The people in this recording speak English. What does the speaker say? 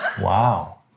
Wow